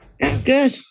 Good